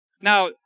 Now